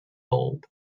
bulb